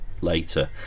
later